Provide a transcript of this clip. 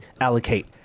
allocate